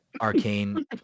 Arcane